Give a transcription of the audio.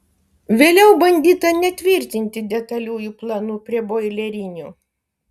vėliau bandyta netvirtinti detaliųjų planų prie boilerinių